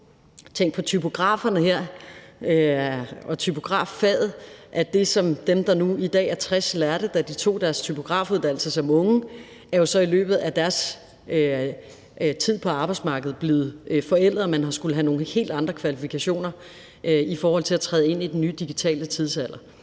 Tænk her på typograferne og typograffaget, hvor det, som dem, der nu i dag er 60 år, lærte, da de tog deres typografuddannelse som unge, så i løbet af deres tid på arbejdsmarkedet er blevet forældet, og man har skullet have nogle helt andre kvalifikationer i forhold til at træde ind i den nye digitale tidsalder.